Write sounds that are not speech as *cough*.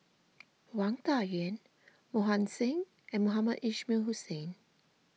*noise* Wang Dayuan Mohan Singh and Mohamed Ismail Hussain